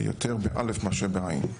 יותר באל"ף מאשר בעי"ן.